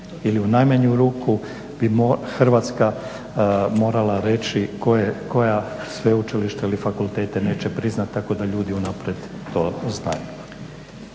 ili u najmanju ruku bi Hrvatska morala reći koja sveučilišta ili fakultete neće priznati tako da ljudi unaprijed to znaju.